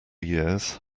years